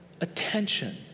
attention